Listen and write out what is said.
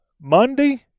Monday